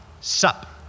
sup